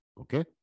okay